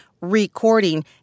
recording